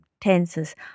tenses